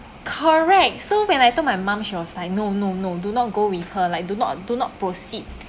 correct so when I told my mum she was like no no no do not go with her like do not do not proceed